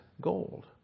gold